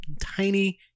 tiny